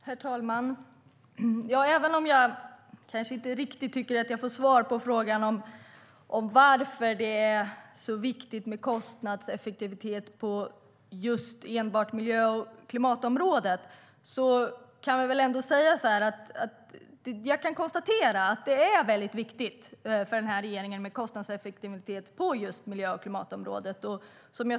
Herr talman! Även om jag kanske inte riktigt tycker att jag får svar på frågan om varför det är så viktigt med kostnadseffektivitet på enbart miljö och klimatområdet kan jag konstatera att det är viktigt för regeringen med kostnadseffektivitet på just miljö och klimatområdet.